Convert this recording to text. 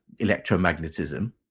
electromagnetism